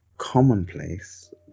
commonplace